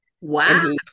Wow